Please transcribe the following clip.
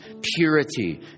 purity